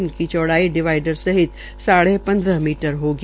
इसकी चौड़ाई डिवाईडर सहित साढ़े पन्दह मीटर होगी